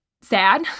sad